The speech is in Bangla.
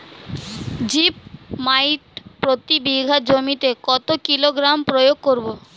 জিপ মাইট প্রতি বিঘা জমিতে কত কিলোগ্রাম প্রয়োগ করব?